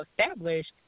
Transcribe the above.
established